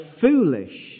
foolish